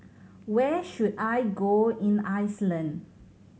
where should I go in Iceland